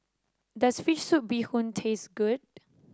does fish soup Bee Hoon taste good